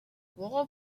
war